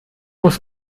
muss